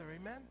amen